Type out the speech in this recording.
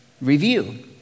review